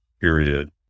period